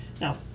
Now